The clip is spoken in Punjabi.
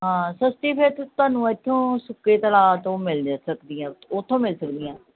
ਹਾਂ ਸਸਤੀ ਫਿਰ ਤੁਸੀਂ ਤੁਹਾਨੂੰ ਇੱਥੋਂ ਸੁੱਕੇ ਤਲਾਅ ਤੋਂ ਮਿਲ ਜੇ ਸਕਦੀਆਂ ਉੱਥੋਂ ਮਿਲ ਸਕਦੀਆਂ